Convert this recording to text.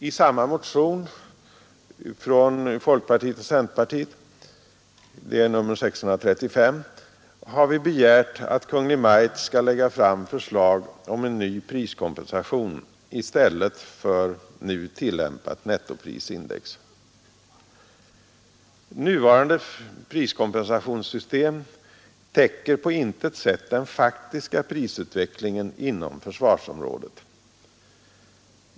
I samma motion från folkpartiet och centerpartiet — nr 635 — har vi begärt att Kungl. Maj:t skall lägga fram förslag om en ny priskompensation i stället för nu tillämpat nettoprisindex. Nuvarande priskompensationssystem täcker på intet sätt den faktiska prisutvecklingen på försvarsområdet.